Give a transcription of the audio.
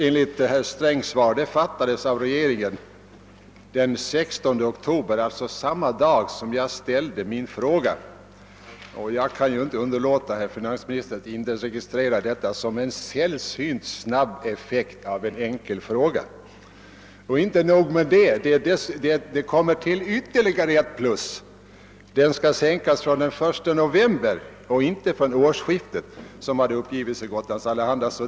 Enligt herr Strängs svar fattades beslutet den 16 oktober, alltså samma dag som jag framställde min fråga. Jag kan inte underlåta att inregistrera detta som en sällsynt snabb effekt av en enkel fråga. Och inte nog med det; sedan tillkommer ytterligare ett plus, nämligen att sänkningen skall ske från den 1 november, inte från årsskiftet som uppgavs i. Gotlands Allehanda.